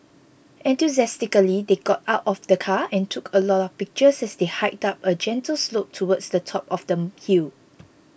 enthusiastically they got out of the car and took a lot of pictures as they hiked up a gentle slope towards the top of the hill